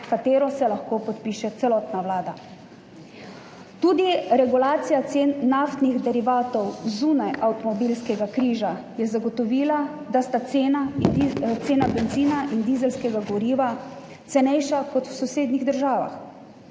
katero se lahko podpiše celotna Vlada. Tudi regulacija cen naftnih derivatov zunaj avtomobilskega križa je zagotovila, da sta bencin in dizelsko gorivo cenejša kot v sosednjih državah.